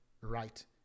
right